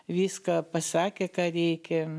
viską pasakė ką reikia